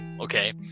okay